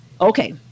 okay